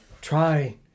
Try